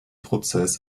prozess